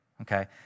Okay